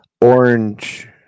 Orange